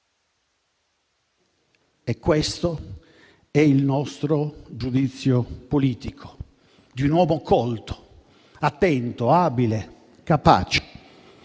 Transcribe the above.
È questo il nostro giudizio politico di un uomo colto, attento, abile e capace,